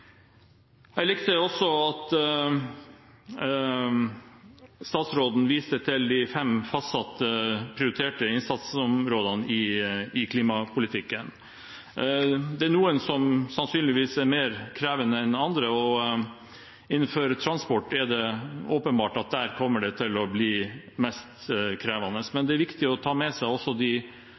Jeg likte også at statsråden viste til de fem fastsatte, prioriterte innsatsområdene i klimapolitikken. Det er noen som sannsynligvis er mer krevende enn andre, og innenfor transport er det åpenbart at det kommer til å bli mest krevende. Men det er viktig å ta med seg også de